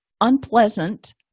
unpleasant